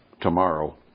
tomorrow